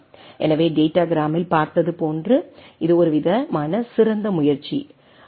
எனவே டேட்டாகிராமில் பார்த்தது போன்று இது ஒருவிதமான சிறந்த முயற்சி குறிப்பு நேரம் 2443